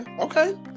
Okay